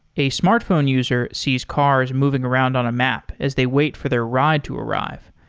a smartphone user sees cars moving around on a map as they wait for their ride to arrive.